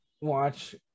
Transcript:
watch